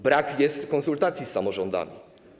Brakuje konsultacji z samorządami.